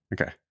Okay